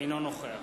אינו נוכח